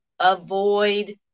avoid